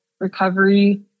recovery